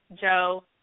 Joe